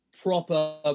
proper